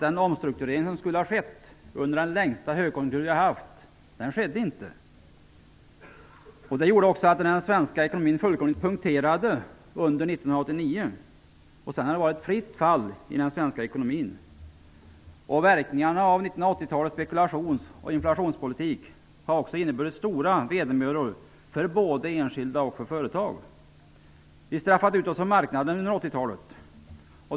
Den omstrukturering som skulle ha skett under den längsta högkonjunkturen Sverige har haft skedde inte. Det gjorde att den svenska ekonomin fullkomligt punkterades under 1989. Sedan har det varit ett fritt fall i den svenska ekonomin. Verkningarna av 1980-talets spekulations och inflationspolitik har också inneburit stora vedermödor för enskilda och företag. Vi straffade ut oss från marknaden under 80-talet.